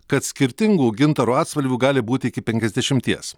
kad skirtingų gintaro atspalvių gali būti iki penkiasdešimties